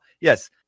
Yes